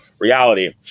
reality